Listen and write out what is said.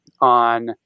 on